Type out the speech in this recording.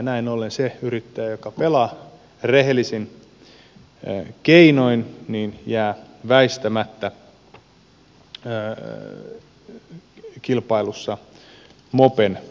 näin ollen se yrittäjä joka pelaa rehellisin keinoin jää väistämättä kilpailussa mopen osaan